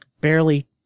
barely